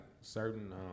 certain